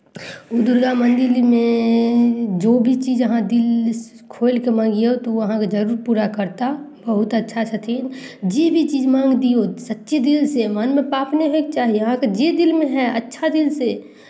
दुर्गा मन्दिरमे जो भी चीज अहाँ दिलसँ खोलि कऽ मङ्गियौ तऽ ओ अहाँके जरूर पूरा करताह बहुत अच्छा छथिन जे भी चीज माङ्गि दियौ सच्चे दिलसँ मनमे पाप नहि होयके चाही अहाँके जे दिलमे हइ अच्छा दिलसँ